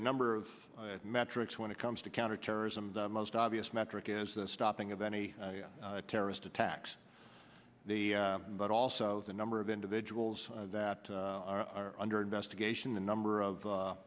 a number of metrics when it comes to counterterrorism the most obvious metric is the stopping of any terrorist attacks but also the number of individuals that are under investigation the number